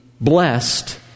blessed